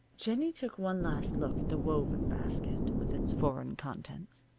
jennie took one last look at the woven basket with its foreign contents.